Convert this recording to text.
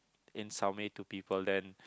in some way to people then